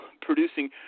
producing